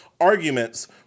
arguments